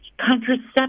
contraception